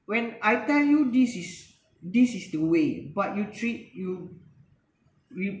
when I tell you this is this is the way but you treat you you